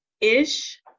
ish